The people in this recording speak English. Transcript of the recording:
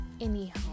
anyhow